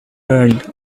earned